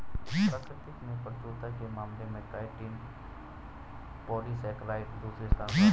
प्रकृति में प्रचुरता के मामले में काइटिन पॉलीसेकेराइड दूसरे स्थान पर आता है